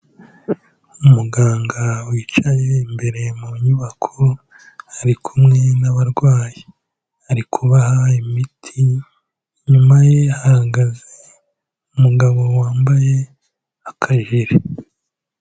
Umuganga wicaye imbere mu nyubako ari kumwe n'abarwayi ari kubaha imiti, inyuma ye hahagaze umugabo wambaye akajiri.